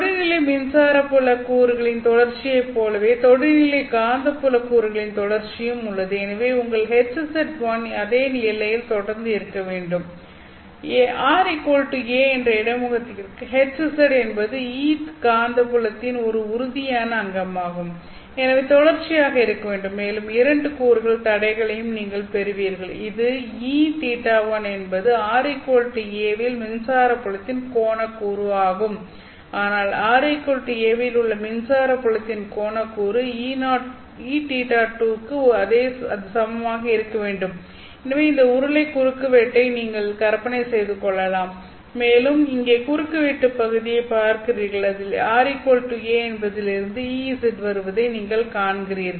தொடுநிலை மின்சார புல கூறுகளின் தொடர்ச்சியைப் போலவே தொடுநிலை காந்தப்புல கூறுகளின் தொடர்ச்சியும் உள்ளது எனவே உங்கள் HZ1 அதே எல்லையில் தொடர்ந்து இருக்க வேண்டும் ra என்ற இடைமுகத்திற்கு Hz என்பது Eth காந்தப்புலத்தின் ஒரு உறுதியான அங்கமாகும் எனவே தொடர்ச்சியாக இருக்க வேண்டும் மேலும் இரண்டு கூடுதல் தடைகளையும் நீங்கள் பெறுவீர்கள் இது EØ1 என்பது r a இல் மின்சார புலத்தின் கோண கூறு ஆகும் ஆனால் r a இல் உள்ள மின்சார புலத்தின் கோணக் கூறு EØ2 க்கு அது சமமாக இருக்க வேண்டும் எனவே இந்த உருளை குறுக்குவெட்டை நீங்கள் கற்பனை செய்து கொள்ளலாம் மேலும் இங்கே குறுக்கு வெட்டு பகுதியைப் பார்க்கிறீர்கள் அதில் ra என்பதிலிருந்து Ez வருவதை நீங்கள் காண்கிறீர்கள்